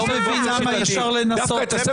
אתה לא מבין למה אי אפשר לנסות --- אתה כנראה